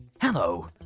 Hello